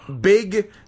big